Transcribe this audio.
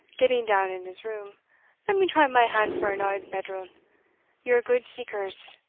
getting down in his room let me try my hand for an auld bedral ye're gude seekers,